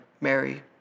Mary